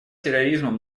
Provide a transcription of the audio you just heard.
терроризмом